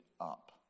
up